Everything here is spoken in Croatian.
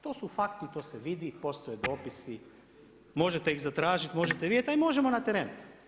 To su fakti to se vidi, postoje dopisi, možete ih zatražiti, možete ih vidjeti, a i možemo na teren.